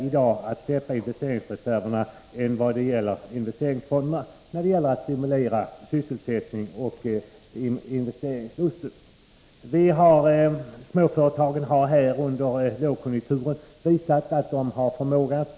I debatten förs naturligtvis också fram argument för dessa skolor, men arbetarrörelsen brukar vanligtvis inte höra till deras förespråkare.